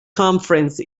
conference